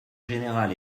général